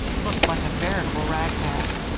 looked like a veritable rag-bag.